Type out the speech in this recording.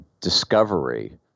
discovery